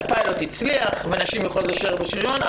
והפיילוט הצליח ונשים יכולות לשרת בשריון,